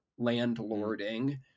landlording